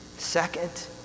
Second